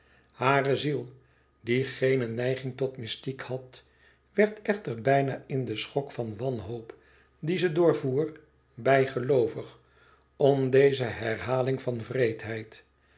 hare ziel die geene neiging tot mystiek had werd echter bijna in den schok van wanhoop die ze doorvoer bijgeloovig om deze herhaling van wreedheid